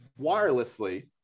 wirelessly